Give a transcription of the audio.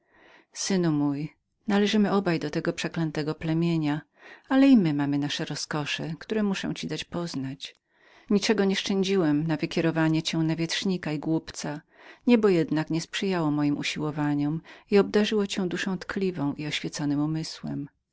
synu mój my oba należymy do tego przeklętego plemienia ale mamy i my nasze rozkosze które muszę ci dać poznać niczego nie szczędziłem dla wykierowania cię na wietrznika i głupca niebo jednak nie sprzyjało moim usiłowaniom i obdarzyło cię duszą tkliwą i oświeconym